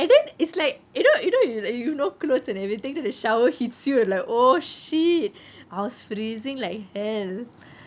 and then is like you know you know you no clothes and everything so the shower hits you like oh shit I was freezing like hell